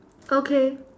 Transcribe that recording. okay